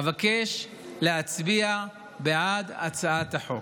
אבקש להצביע בעד הצעת החוק.